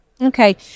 Okay